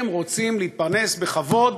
הם רוצים להתפרנס בכבוד